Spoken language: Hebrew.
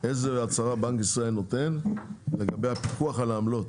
איזה הצהרה בנק ישראל נותן לגבי הפיקוח על העמלות.